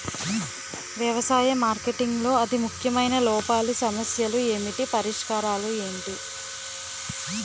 వ్యవసాయ మార్కెటింగ్ లో అతి ముఖ్యమైన లోపాలు సమస్యలు ఏమిటి పరిష్కారాలు ఏంటి?